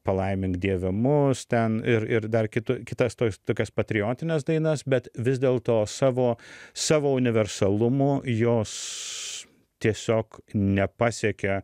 palaimink dieve mus ten ir ir dar kitu kitas tuos tokias patriotines dainas bet vis dėl to savo savo universalumu jos tiesiog nepasiekė